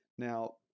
Now